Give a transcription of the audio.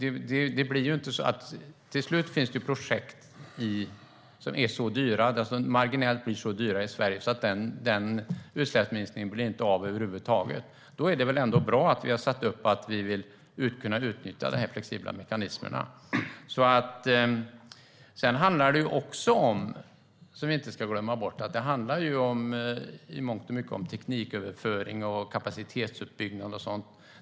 Till slut finns det projekt som blir så dyra i Sverige att utsläppsminskningen inte blir av över huvud taget. Då är det väl ändå bra att vi har satt upp att vi vill kunna utnyttja de flexibla mekanismerna. Vi ska inte glömma bort att det i mångt och mycket handlar om teknik-överföring, kapacitetsuppbyggnad och sådant.